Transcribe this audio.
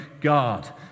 God